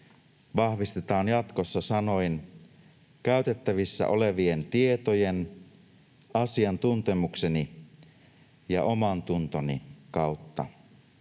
vahvistetaan jatkossa sanoin ”käytettävissä olevien tietojen, asiantuntemukseni ja omantuntoni kautta”.